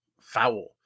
Foul